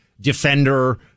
defender